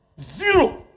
Zero